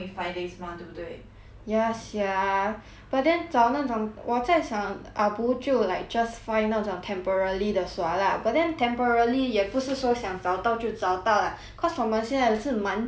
ya sia but then 找那种我在想 arbo 就 like just find 这种 temporarily the sua lah but then temporarily 也不是说想找到就找到 lah cause 我们现在的是蛮急着找的 mah 所以 like